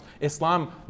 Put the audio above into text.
Islam